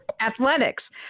Athletics